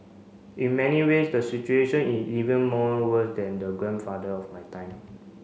in many ways the situation in even more worse than the grandfather of my time